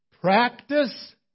Practice